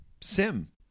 Sim